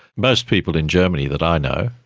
most people in germany that i know,